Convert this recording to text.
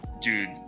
dude